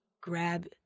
grab